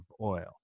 oil